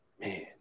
man